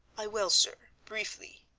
i will, sir, briefly.